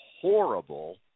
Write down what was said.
horrible